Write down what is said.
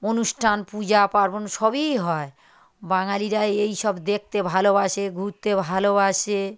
অনুষ্ঠান পূজা পার্বণ সবই হয় বাঙালিরাই এই সব দেখতে ভালোবাসে ঘুরতে ভালোবাসে